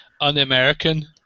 un-American